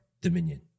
Dominion